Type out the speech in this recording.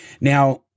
Now